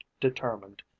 determined